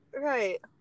Right